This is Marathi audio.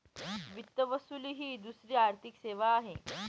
वित्त वसुली ही दुसरी आर्थिक सेवा आहे